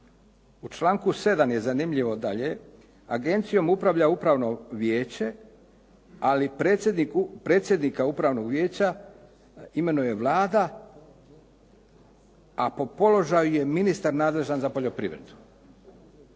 U članku 7. je zanimljivo dalje, agencijom upravlja upravno vijeće, ali predsjednika upravnog vijeća imenuje Vlada, a po položaju je ministar nadležan za poljoprivredu.